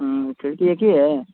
खिड़की एक ही है